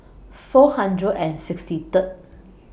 four hundred and sixty Third